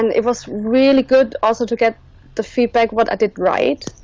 and it was really good also to get the feedback what i did right